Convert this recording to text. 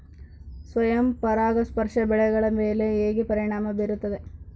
ಸ್ವಯಂ ಪರಾಗಸ್ಪರ್ಶ ಬೆಳೆಗಳ ಮೇಲೆ ಹೇಗೆ ಪರಿಣಾಮ ಬೇರುತ್ತದೆ?